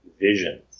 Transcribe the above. visions